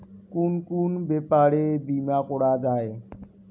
কুন কুন ব্যাপারে বীমা করা যায়?